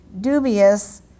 dubious